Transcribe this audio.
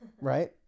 right